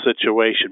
situation